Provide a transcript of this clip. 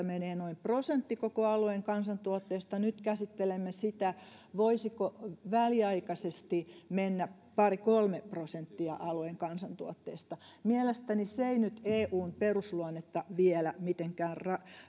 menee noin prosentti koko alueen kansantuotteesta niin nyt käsittelemme sitä voisiko väliaikaisesti mennä pari kolme prosenttia alueen kansantuotteesta mielestäni se ei nyt eun perusluonnetta vielä mitenkään